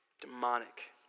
Demonic